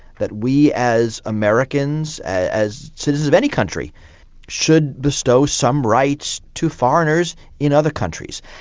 that we as americans, as citizens of any country should bestow some rights to foreigners in other countries.